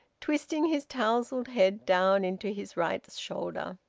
twisting his tousled head down into his right shoulder.